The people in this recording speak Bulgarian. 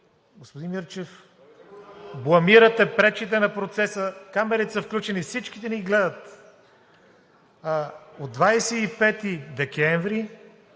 Господин Мирчев, бламирате, пречите на процеса! Камерите са включени и всички ни гледат! От 25 декември